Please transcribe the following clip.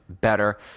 better